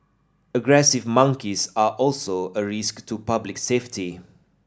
aggressive monkeys are also a risk to public safety